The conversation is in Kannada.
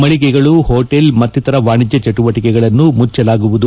ಮಳಿಗೆಗಳು ಹೋಟೆಲ್ ಮತ್ತಿತರ ವಾಣಿಜ್ಯ ಚಟುವಟಿಕೆಗಳನ್ನು ಮುಚ್ಚಲಾಗುವುದು